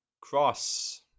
cross